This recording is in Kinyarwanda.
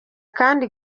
kandi